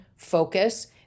focus